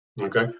Okay